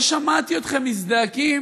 לא שמעתי אתכם מזדעקים